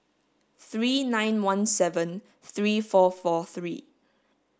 three nine one seven three four four three